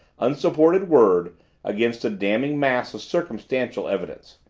unsupported word against a damning mass of circumstantial evidence.